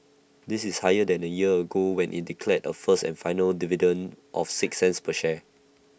this is higher than A year ago when IT declared A first and final dividend of six cents per share